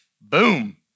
boom